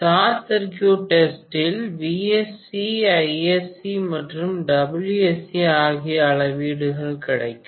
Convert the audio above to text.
short circuit test இல் VSC ISC மற்றும் WSC ஆகிய அளவீடுகள் கிடைக்கும்